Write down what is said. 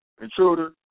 Intruder